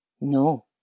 No